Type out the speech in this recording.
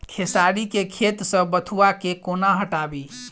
खेसारी केँ खेत सऽ बथुआ केँ कोना हटाबी